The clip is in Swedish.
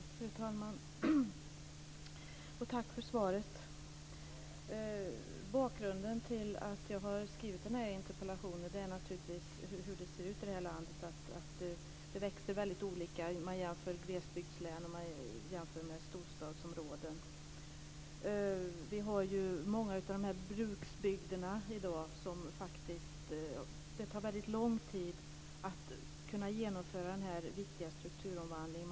Fru talman! Jag tackar för svaret! Bakgrunden till att jag har skrivit den här interpellationen är naturligtvis hur det ser ut i det här landet. Tillväxten är väldigt olika om man jämför glesbygdslän med storstadsområden. Vi har i dag många bruksbygder där det tar väldigt lång tid att genomföra den viktiga strukturomvandlingen.